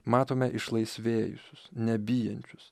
matome išlaisvėjusius nebijančius